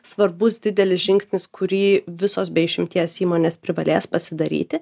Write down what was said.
svarbus didelis žingsnis kurį visos be išimties įmonės privalės pasidaryti